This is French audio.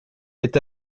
est